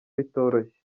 bitoroshye